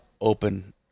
open